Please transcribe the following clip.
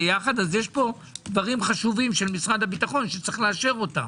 יחד יש פה דברים חשובים של משרד הבריאות שצריך לאשרם.